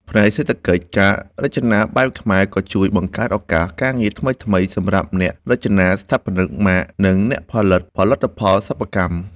ផ្នែកសេដ្ឋកិច្ច ការរចនាបែបខ្មែរក៏ជួយបង្កើតឱកាសការងារថ្មីៗ សម្រាប់អ្នករចនា ស្ថាបនិកម៉ាក និងអ្នកផលិតផលិតផលសិប្បកម្ម។